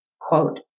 quote